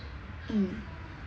mm